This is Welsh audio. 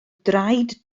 draed